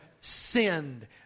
sinned